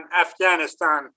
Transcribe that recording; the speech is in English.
Afghanistan